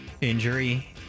injury